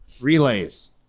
Relays